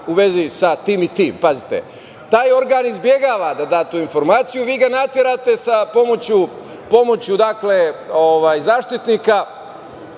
u vezi sa tim i tim. Pazite, taj organ izbegava da da tu informaciju i vi ga naterate pomoću zaštitnika